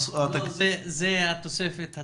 זאת התוספת.